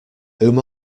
whom